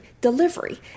delivery